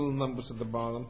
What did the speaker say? little members of the bottom